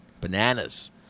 bananas